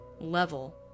level